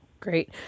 Great